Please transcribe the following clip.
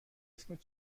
اسمت